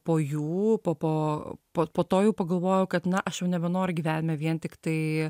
po jų po po pot po to jau pagalvojau kad na aš jau nebenoriu gyvenime vien tiktai